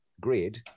grid